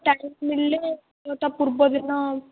time ମିଳିଲେ ତା' ପୂର୍ବ ଦିନ